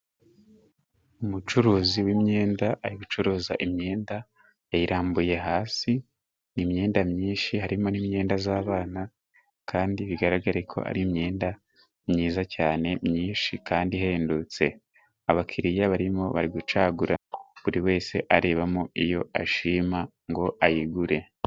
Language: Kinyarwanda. Umucuruzi w'imyenda ari gucuruza imyenda yayirambuye hasi, ni imyenda myinshi harimo n'imyenda y'abana, kandi bigaragareko ari imyenda myiza cyane myinshi kandi ihendutse. Abakiriya barimo bari gucagura buri wese arebamo iyo ashima ngo ayigure.